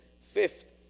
Fifth